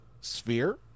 Sphere